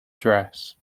dress